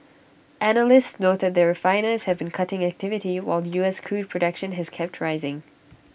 analysts noted that refiners have been cutting activity while the U S crude production has kept rising